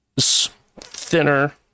thinner